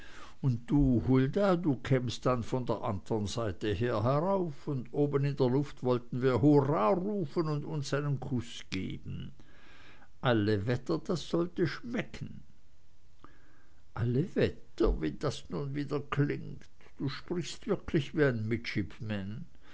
und du hulda du kämst dann von der anderen seite her herauf und oben in der luft wollten wir hurra rufen und uns einen kuß geben alle wetter das sollte schmecken alle wetter wie das nun wieder klingt du sprichst wirklich wie